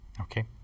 Okay